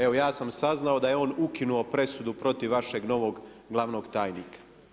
Evo ja sam saznao da je on ukinuo presudu protiv vašeg novog glavnog tajnika.